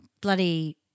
bloody